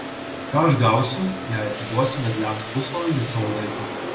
ką aš gausiu jei atiduosiu vedliams pusvalandį savo laiko